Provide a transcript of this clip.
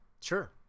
sure